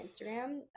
Instagram